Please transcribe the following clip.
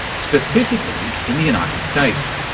specifically in the united states.